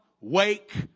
wake